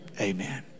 Amen